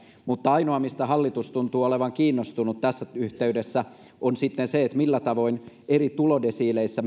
mutta sitten ainoa mistä hallitus tuntuu olevan kiinnostunut tässä yhteydessä on se millä tavoin eri tulodesiileissä